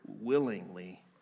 Willingly